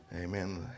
Amen